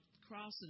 crossing